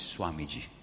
Swamiji